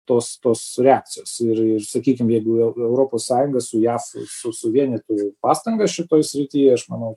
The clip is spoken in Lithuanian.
tos tos reakcijos ir ir sakykim jeigu europos sąjunga su jav su suvienytųjų pastangas šitoj srity aš manau